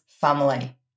family